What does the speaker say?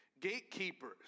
gatekeepers